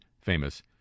famous